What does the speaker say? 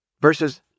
versus